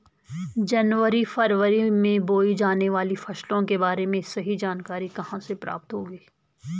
जनवरी फरवरी में बोई जाने वाली फसलों के बारे में सही जानकारी कहाँ से प्राप्त होगी?